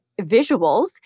visuals